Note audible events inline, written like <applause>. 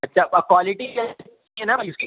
اچھا کوالٹیی <unintelligible> سہی ہے نہ بھائی اُس کی